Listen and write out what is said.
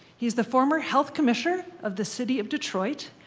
he's the former health commissioner of the city of detroit.